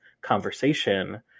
conversation